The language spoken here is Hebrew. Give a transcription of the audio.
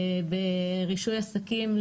ברישוי עסקים,